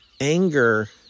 Anger